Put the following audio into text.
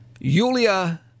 Yulia